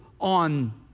on